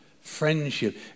friendship